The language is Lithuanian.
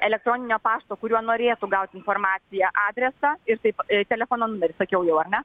elektroninio pašto kuriuo norėtų gaut informaciją adresą ir taip telefono numerį sakiau jau ar ne